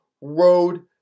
road